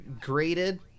graded